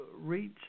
reach